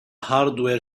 hardware